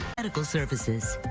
medical services.